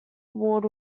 ward